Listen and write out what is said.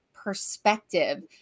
perspective